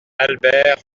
albert